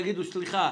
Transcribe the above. תאמרו: סליחה,